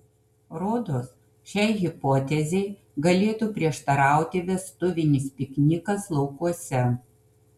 rodos šiai hipotezei galėtų prieštarauti vestuvinis piknikas laukuose